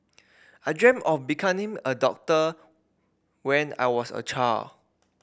I dreamt of becoming a doctor when I was a child